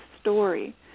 story